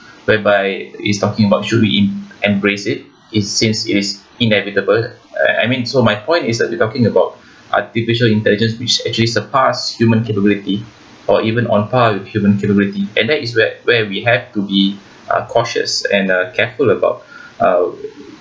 whereby is talking about should we embrace it is since is inevitable I mean so my point is that we're talking about artificial intelligence which is actually surpass human capability or even on par with human capability and that is where where we have to be uh cautious and (uh)careful about uh